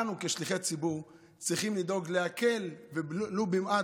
אנו כשליחי ציבור צריכים לדאוג להקל, ולו במעט,